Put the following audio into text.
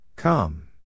Come